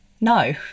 No